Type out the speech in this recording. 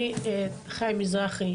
אני מכירה את חיים מזרחי,